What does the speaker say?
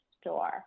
store